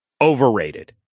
overrated